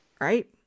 Right